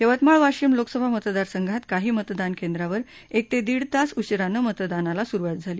यवतमाळ वाशिम लोकसभा मतदारसंघात काही मतदान केंद्रांवर एक ते दीड तास उशिरानं मतदानाला सुरवात झाली